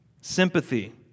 sympathy